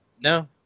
no